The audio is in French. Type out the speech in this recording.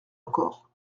encore